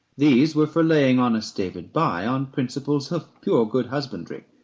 these were for laying honest david by on principles of pure good husbandry.